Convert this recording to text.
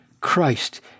Christ